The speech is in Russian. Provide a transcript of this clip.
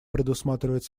предусматривать